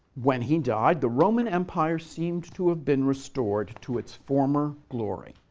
when he died, the roman empire seemed to have been restored to its former glory.